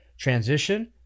transition